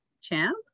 champ